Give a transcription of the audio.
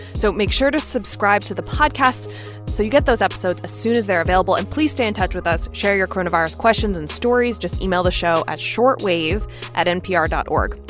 so make sure to subscribe to the podcast so you get those episodes as soon as they're available. and please stay in touch with us. share your coronavirus questions and stories. just email the show at shortwave at npr dot o